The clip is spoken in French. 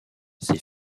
ses